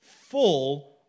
full